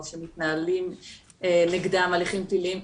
או שמתנהלים נגדם הליכים פליליים,